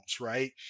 right